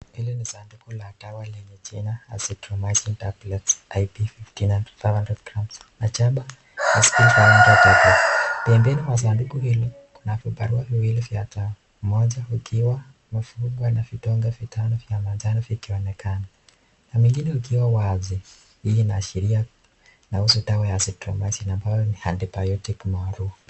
Hili ni sanduku la dawa lenye jina azithromizin tablets azbil 500 grams , pembeni mwa sanduku hilo kuna vibarua viwili vya dawa, moja ikiwa imefungwa na vidonge vitano vya manjano vikionekana, na mengine yakiwa wazi hii inaashiria inahusu dawa ya azithromizin ambayo ni antibiotic maarufu.